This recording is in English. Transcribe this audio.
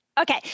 Okay